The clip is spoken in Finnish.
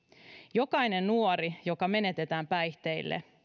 jokainen nuori joka menetetään päihteille